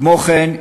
כמו כן,